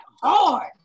hard